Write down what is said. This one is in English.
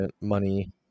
money